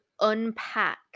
unpack